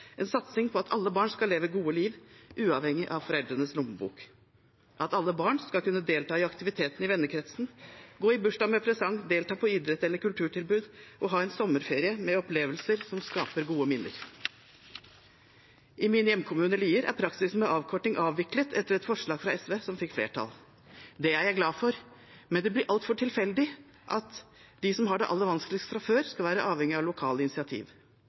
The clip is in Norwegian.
en satsing på at alle barn skal leve et godt liv, uavhengig av foreldrenes lommebok, at alle barn skal kunne delta i aktiviteter i vennekretsen, gå i bursdag med presang, delta i idretts- eller kulturtilbud og ha en sommerferie med opplevelser som skaper gode minner. I min hjemkommune, Lier, er praksisen med avkorting avviklet etter et forslag fra SV som fikk flertall. Det er jeg glad for, men det er altfor tilfeldig at de som har det aller vanskeligst fra før, skal være avhengige av lokale initiativ.